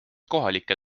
kohalike